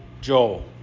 Joel